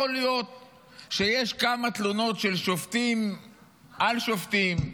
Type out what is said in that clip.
יכול להיות שיש כמה תלונות של שופטים על שופטים,